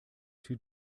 two